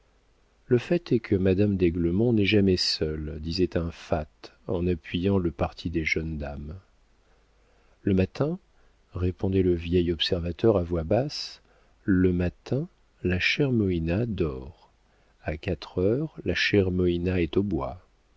le fait est que madame d'aiglemont n'est jamais seule disait un fat en appuyant le parti des jeunes dames le matin répondait le vieil observateur à voix basse le matin la chère moïna dort a quatre heures la chère moïna est au bois